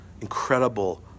incredible